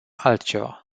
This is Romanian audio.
altceva